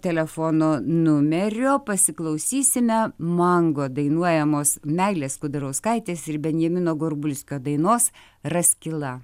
telefono numerio pasiklausysime mango dainuojamos meilės kudarauskaitės ir benjamino gorbulskio dainos raskila